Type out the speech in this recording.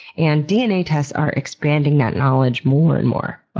and dna tests are expanding that knowledge more and more.